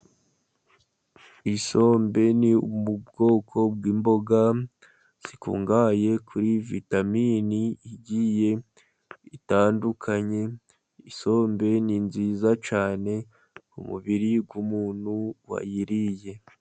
Isombe ni ubwoko bw'imboga zikungahaye kuri vitamini igiye itandukanye; isombe ni nziza cyane mu mubiri w'umuntu wayiriye.